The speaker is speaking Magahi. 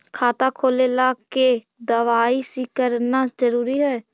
खाता खोले ला के दवाई सी करना जरूरी है?